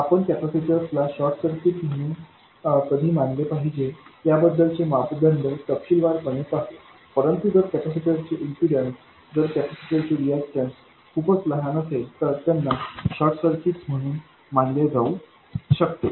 आपण कॅपेसिटरस ला short circuit म्हणून कधी मानले पाहिजे याबद्दल चे मापदंड तपशीलवारपणे पाहू परंतु जर कॅपेसिटर चे इम्पीडन्स जर कॅपेसिटर चे रीऐक्टन्स खूपच लहान असेल तर त्यांना शॉर्ट सर्किट्स म्हणून मानले जाऊ शकते